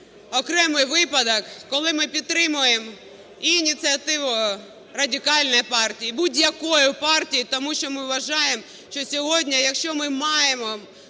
окремий випадок, коли ми підтримуємо і ініціативу Радикальної партії, і будь-якої партії, тому що ми вважаємо, що сьогодні, якщо ми маємо